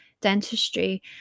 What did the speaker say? dentistry